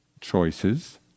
choices